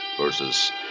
versus